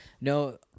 No